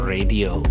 Radio